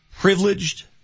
privileged